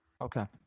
okay